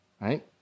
right